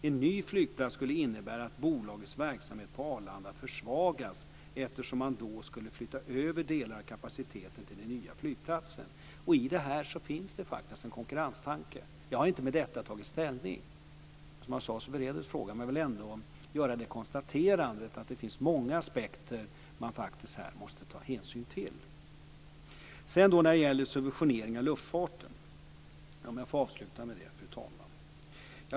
En ny flygplats skulle innebära att bolagets verksamhet på Arlanda försvagas, eftersom man då skulle flytta över delar av kapaciteten till den nya flygplatsen. I detta finns faktiskt en konkurrenstanke. Jag har inte med detta tagit ställning. Som jag sade bereds frågan. Men jag vill ändå göra det konstaterandet att det finns många aspekter man måste ta hänsyn till. Fru talman! Jag vill avsluta med frågan om subventionering av luftfarten.